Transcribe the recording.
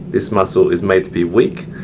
this muscle is made to be weak,